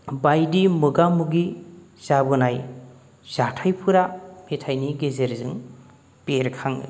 बायदि मोगा मोगि जाबोनाय जाथायफोरा मेथायनि गेजेरजों बेरखाङो